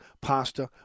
pasta